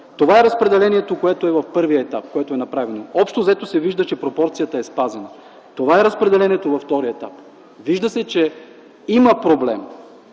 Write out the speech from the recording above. Това е разпределението, което е в първия етап, което е направено. Общо-взето се вижда, че пропорцията е спазена. Това е разпределението във втория етап. Вижда се, че има проблем.